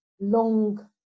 long